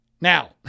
Now